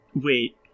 Wait